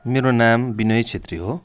मेरो नाम बिनय छेत्री हो